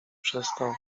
przestał